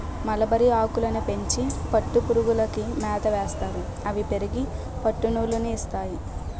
మలబరిఆకులని పెంచి పట్టుపురుగులకి మేతయేస్తారు అవి పెరిగి పట్టునూలు ని ఇస్తాయి